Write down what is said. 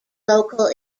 local